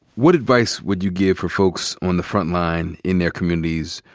what advice would you give for folks on the front line in their communities,